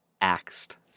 axed